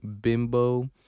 Bimbo